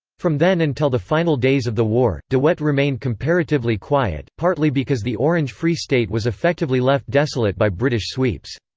from then until the final days of the war, de wet remained comparatively quiet, partly because the orange free state was effectively left desolate by british sweeps.